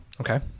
okay